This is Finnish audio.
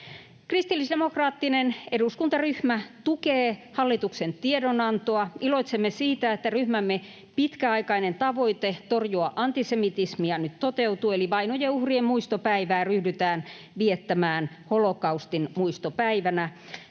Kristillisdemokraattinen eduskuntaryhmä tukee hallituksen tiedonantoa. Iloitsemme siitä, että ryhmämme pitkäaikainen tavoite torjua antisemitismiä nyt toteutuu, eli vainojen uhrien muistopäivää ryhdytään viettämään holokaustin muistopäivänä.